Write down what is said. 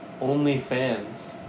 OnlyFans